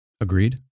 Agreed